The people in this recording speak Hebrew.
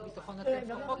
-- מדברים על התקופות.